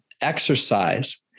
exercise